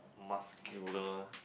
muscular